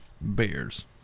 Bears